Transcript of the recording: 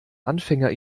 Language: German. anfänger